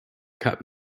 cut